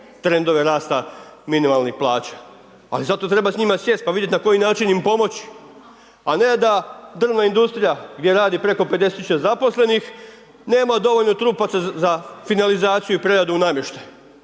trendove rasta minimalnih plaća ali zato treba s njima sjest pa vidjet na koji način im pomoći a ne da državna industrija gdje radi preko 50 000 zaposlenih, nema dovoljno trupaca za finalizaciju i preradu namještaja